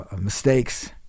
mistakes